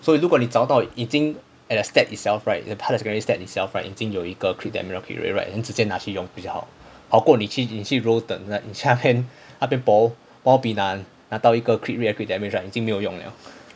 所以如果你找到已经 at a stat itself right 他的 secondary stat itself right 已经有一个 crit damage or crit rate 你直接拿去用比较好好过你去你去 roll 等你去那边那边 bo bo bi 拿拿到一个 crit rate 还有 crit damage 已经没有用了